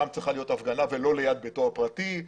שם צריכה להיות ההפגנה ולא ליד ביתו הפרטי.